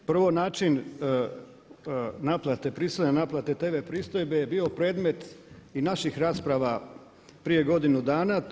Prvo način naplate, prisilne naplate TV pristojbe je bio predmet i naših rasprava prije godinu dana.